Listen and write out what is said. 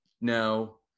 No